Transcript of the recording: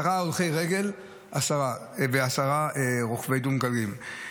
10 הולכי רגל ו-10 רוכבי דו-גלגלי.